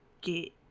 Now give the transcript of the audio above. get